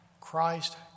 Christ